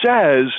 says –